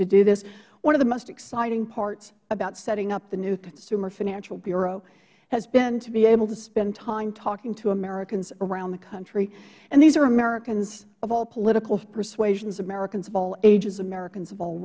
to do this one of the most exciting parts about setting up the new consumer financial bureau has been to be able to spend time talking to americans around the country and these are americans of all political persuasions americans of all ages american